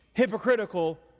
hypocritical